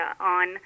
on